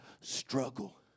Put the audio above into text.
struggle